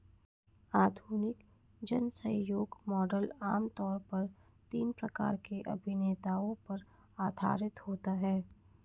आधुनिक जनसहयोग मॉडल आम तौर पर तीन प्रकार के अभिनेताओं पर आधारित होता है